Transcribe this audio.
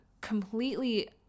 completely